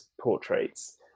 portraits